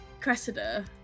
Cressida